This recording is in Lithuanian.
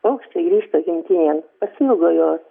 paukščiai grįžta gimtinėn pasiilgo jos